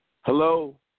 Hello